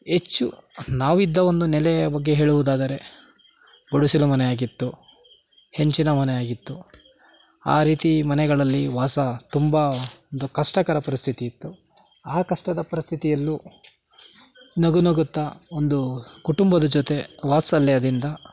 ಹೆಚ್ಚು ನಾವಿದ್ದ ಒಂದು ನೆಲೆಯ ಬಗ್ಗೆ ಹೇಳುವುದಾದರೆ ಗುಡಿಸಲು ಮನೆ ಆಗಿತ್ತು ಹೆಂಚಿನ ಮನೆ ಆಗಿತ್ತು ಆ ರೀತಿ ಮನೆಗಳಲ್ಲಿ ವಾಸ ತುಂಬ ದ ಕಷ್ಟಕರ ಪರಿಸ್ಥಿತಿ ಇತ್ತು ಆ ಕಷ್ಟದ ಪರಿಸ್ಥಿತಿಯಲ್ಲೂ ನಗು ನಗುತ್ತಾ ಒಂದು ಕುಟುಂಬದ ಜೊತೆ ವಾತ್ಸಲ್ಯದಿಂದ